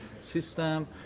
system